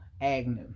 Agnew